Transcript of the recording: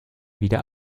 wieder